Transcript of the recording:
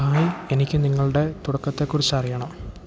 hi എനിക്ക് നിങ്ങളുടെ തുടക്കത്തെക്കുറിച്ചറിയണം